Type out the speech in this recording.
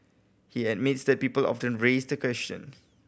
he admits that people often raise the question